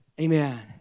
Amen